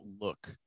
look